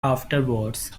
afterwards